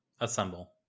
assemble